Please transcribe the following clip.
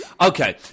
Okay